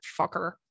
fucker